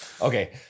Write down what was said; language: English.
Okay